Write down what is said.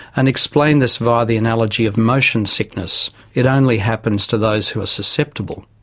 and explain this via the analogy of motion sickness it only happens to those who are susceptible.